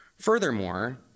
Furthermore